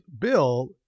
bill